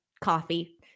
coffee